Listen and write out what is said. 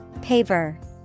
Paver